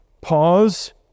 Pause